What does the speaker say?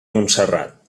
montserrat